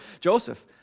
Joseph